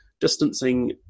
distancing